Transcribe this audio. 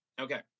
Okay